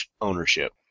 ownership